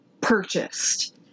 purchased